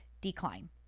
decline